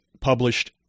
published